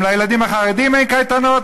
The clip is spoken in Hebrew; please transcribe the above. אם לילדים החרדים אין קייטנות,